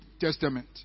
Testament